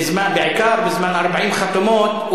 בעיקר בזמן 40 חתימות,